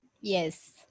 Yes